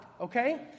okay